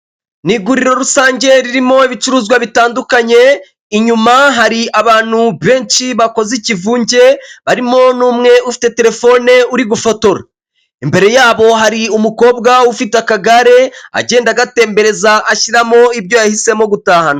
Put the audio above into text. m'iguriro rusange ririmo ibicuruzwa bitandukanye inyuma hari abantu benshi bakoze ikivunge barimo n'umwe ufite telefone uri gufotora imbere yabo hari umukobwa ufite akagare agenda agatembereza ashyiramo ibyo yahisemo gutahana.